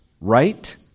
right